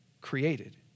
created